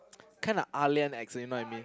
kinda ah-lian accent you know what I mean